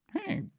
Hey